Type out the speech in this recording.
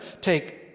take